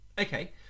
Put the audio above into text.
Okay